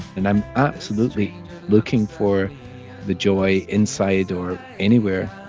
and i'm absolutely looking for the joy inside or anywhere